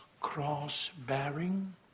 cross-bearing